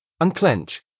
Unclench